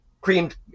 creamed